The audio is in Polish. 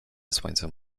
słońcem